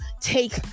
take